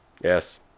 Yes